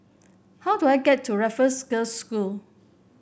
how do I get to Raffles Girls' School